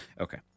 Okay